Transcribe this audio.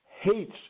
hates